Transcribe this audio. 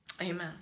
Amen